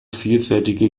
vielfältige